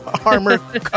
armor